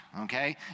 Okay